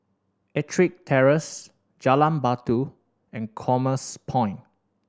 Ettrick Terrace Jalan Batu and Commerce Point